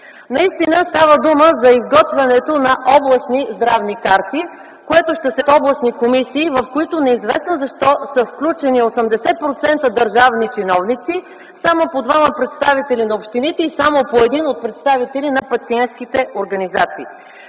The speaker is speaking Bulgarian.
Наистина става дума за изготвянето на областни здравни карти, което ще се прави от областни комисии, в които неизвестно защо са включени 80% държавни чиновници, само по двама представители на общините и само по един от представители на пациентски организации.